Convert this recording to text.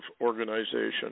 organization